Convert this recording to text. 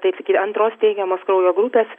taip sakyt antros teigiamos kraujo grupės